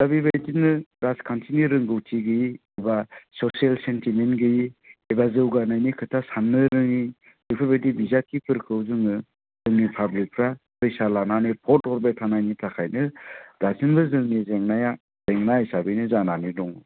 दा बेबायदिनो राजखान्थिनि रोंगौथि गैयै बा ससियेल सेन्टिमेन्ट गैयै एबा जौगानायनि खोथा साननो रोङै बेफोरबायदि बिजाथिफोरखौ जोङो जोंनि पाब्लिकफ्रा फैसा लानानै भट हरबाय थानायनि थाखायनो दासिमबो जोंनि जेंनाया जेंना हिसाबैनो जानानै दं